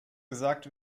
gesagt